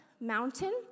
mountain